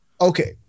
Okay